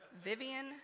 Vivian